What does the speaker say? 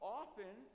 often